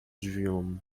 drzwiom